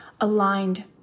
aligned